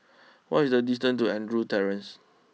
what is the distance to Andrews Terrace